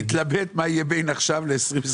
אני מתלבט מה יהיה בין עכשיו ל-25'.